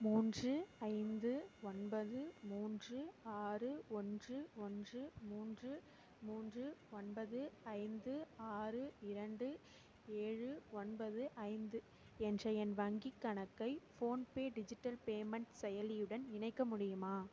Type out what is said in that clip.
மூன்று ஐந்து ஒன்பது மூன்று ஆறு ஒன்று ஒன்று மூன்று மூன்று ஒன்பது ஐந்து ஆறு இரண்டு ஏழு ஒன்பது ஐந்து என்ற என் வங்கிக் கணக்கை ஃபோன்பே டிஜிட்டல் பேமெண்ட் செயலியுடன் இணைக்க முடியுமா